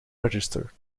register